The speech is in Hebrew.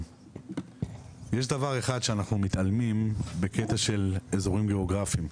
יש דבר אחד שאנחנו מתעלמים בקטע של אזורים גיאוגרפים.